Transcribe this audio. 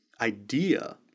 idea